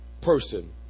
person